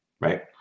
right